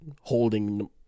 holding